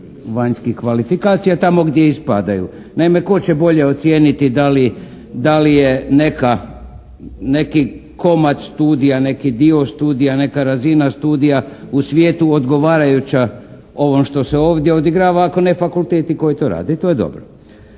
vanjskih kvalifikacija tamo gdje i spadaju. Naime, tko će bolje ocijeniti da li je neka, neki komad studija, neki dio studija, neka razina studija u svijetu odgovarajuća ovom što se ovdje odigrava, ako ne fakulteti koji to rade i to je dobro.